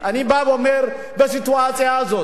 אני בא ואומר, בסיטואציה הזאת.